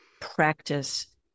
practice